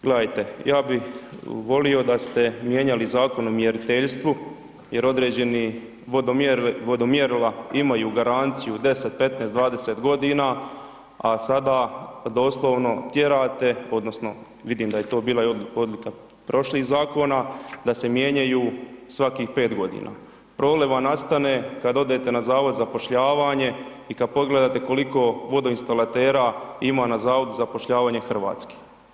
Gledajte, ja bi volio da ste mijenjali Zakon o mjeriteljstvu jer određeni vodomjerila imaju garanciju 10, 15, 20.g., a sada doslovno tjerate odnosno vidim da je to bila i odlika prošlih zakona, da se mijenjaju svakih 5.g. Problem vam nastane kad odete na Zavod za zapošljavanje i kad pogledate koliko vodoinstalatera ima na Zavodu za zapošljavanju RH.